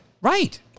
Right